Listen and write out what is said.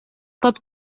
pot